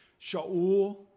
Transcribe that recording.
Shaul